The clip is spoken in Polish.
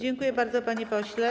Dziękuję bardzo, panie pośle.